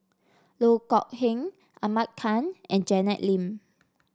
Loh Kok Heng Ahmad Khan and Janet Lim